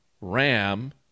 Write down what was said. Ram